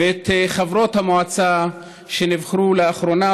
ואת חברות המועצה שנבחרו לאחרונה,